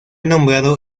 nombrado